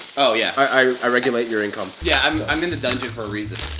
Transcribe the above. oh, yeah. i regulate your income. yeah i'm in the dungeon for a reason